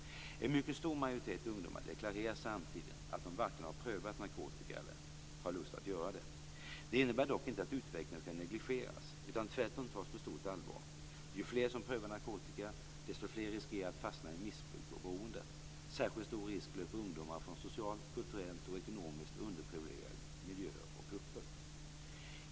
En mycket stor majoritet ungdomar deklarerar samtidigt att de varken har prövat narkotika eller har lust att göra det. Det innebär dock inte att utvecklingen skall negligeras, utan tvärtom tas på stort allvar. Ju fler som prövar narkotika, desto fler riskerar att fastna i missbruk och beroende. Särskilt stor risk löper ungdomar från socialt, kulturellt och ekonomiskt underprivilegierade miljöer och grupper.